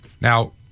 Now